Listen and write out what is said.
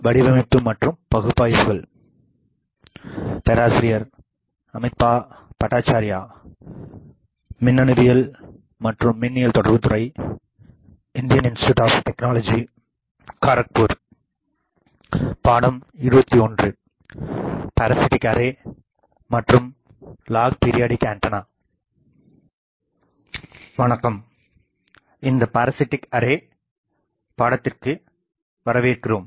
வணக்கம் இந்த பாரசிட்டிக்அரே பாடத்திற்கு வரவேற்கிறோம்